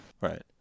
Right